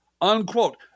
Unquote